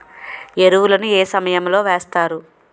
ఎరువుల ను ఏ సమయం లో వేస్తారు?